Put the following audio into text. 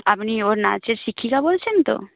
আপনি ওর নাচের শিক্ষিকা বলছেন তো